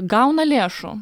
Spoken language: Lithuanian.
gauna lėšų